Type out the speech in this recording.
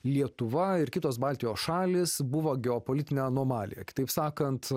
lietuva ir kitos baltijos šalys buvo geopolitine anomalija kitaip sakant